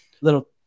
little